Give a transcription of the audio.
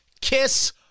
Kiss